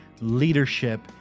leadership